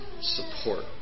support